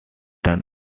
turns